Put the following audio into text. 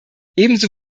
ebenso